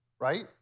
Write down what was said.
right